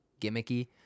gimmicky